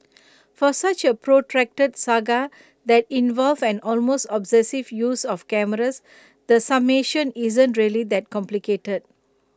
for such A protracted saga that involved an almost obsessive use of cameras the summation isn't really that complicated